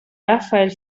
raphael